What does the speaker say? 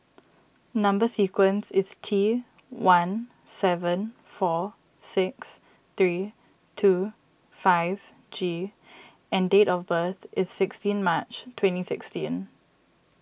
Number Sequence is T one seven four six three two five G and date of birth is sixteen March twenty sixteen